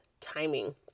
timing